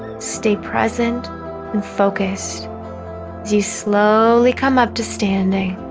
stay present and focused as you slowly come up to standing